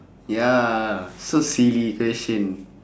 ya so silly question